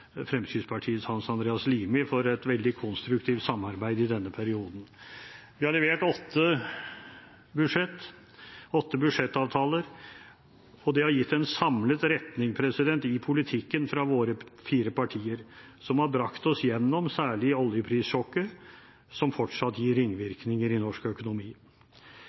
Fremskrittspartiets Hans Andreas Limi for et veldig konstruktivt samarbeid i denne perioden. Vi har levert åtte budsjetter, åtte budsjettavtaler, og det har gitt en samlet retning i politikken fra våre fire partier som har brakt oss gjennom særlig oljeprissjokket, som fortsatt gir ringvirkninger i norsk økonomi.